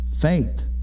faith